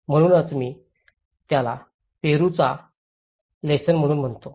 म्हणूनच मी याला पेरूच्या लेसोन म्हणून म्हणतो